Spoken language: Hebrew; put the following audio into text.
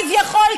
כביכול,